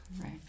Right